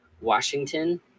Washington